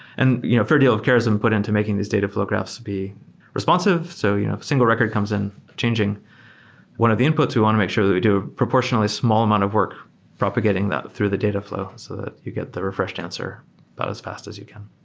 and you know fair deal of cares have been and put in to making these dataflow graphs be responsive. so you know if a single record comes in changing one of the inputs, we want to make sure that we do proportionately small amount of work propagating that through the dataflow so that you get the refreshed answer but as fast as you can.